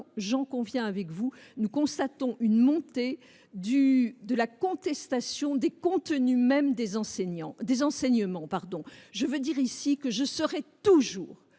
j’en conviens avec vous –, une montée de la contestation des contenus mêmes des enseignements. Je veux dire ici que je serai toujours